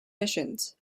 missions